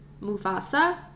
Mufasa